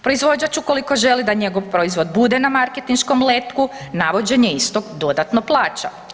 Proizvođač, ukoliko želi da njegov proizvod bude na marketinškom letku, navođenje istog dodatno plaća.